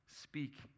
Speak